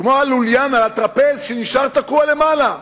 כמו הלוליין על הטרפז שנשאר תקוע למעלה,